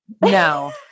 No